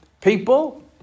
people